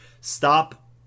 stop